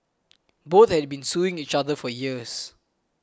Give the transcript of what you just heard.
both had been suing each other for years